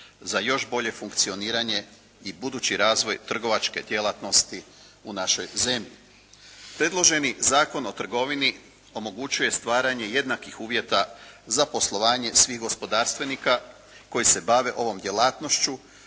za još bolje funkcioniranje i budući razvoj trgovačke djelatnosti u našoj zemlji. Predloženi Zakon o trgovini omogućuje stvaranje jednakih uvjeta za poslovanje svih gospodarstvenika koji se bave ovom djelatnošću,